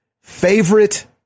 favorite